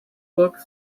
books